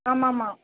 ஆமாம்மா